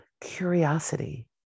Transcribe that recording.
curiosity